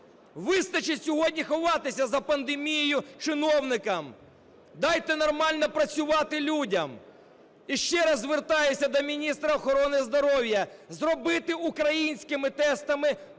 Вистачить сьогодні ховатися за пандемією чиновникам. Дайте нормально працювати людям! І ще раз звертаюся до міністра охорона здоров'я зробити українськими тестами безкоштовне